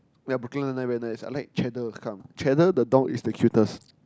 Yea Brooklyn Nine Nine very nice I like Cheddar come Cheddar the dog is the cutest